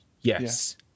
Yes